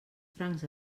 francs